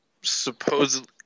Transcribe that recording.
supposedly